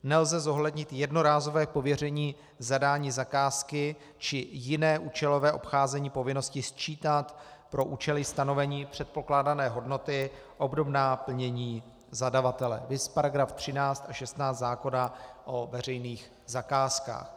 Nelze zohlednit jednorázové pověření zadání zakázky či jiné účelové obcházení povinnosti sčítat pro účely stanovení předpokládané hodnoty obdobná plnění zadavatele, viz § 13 a 16 zákona o veřejných zakázkách.